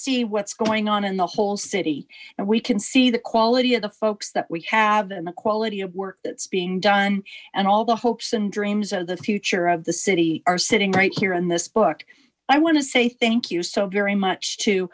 see what's going on in the whole city we can see the quality of the folks that we have and the quality of work that's being done and all the hopes and dreams of the future of the city are sitting right here in this book i want to say thank you so very much to